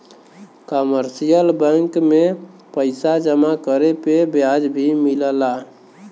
commercial bank में पइसा जमा करे पे ब्याज भी मिलला